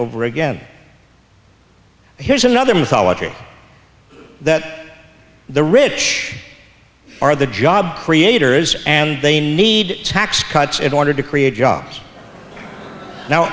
over again here's another mythology that the rich are the job creators and they need tax cuts in order to create jobs now